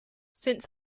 since